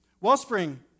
Wellspring